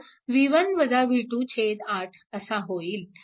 तो 8 असा होईल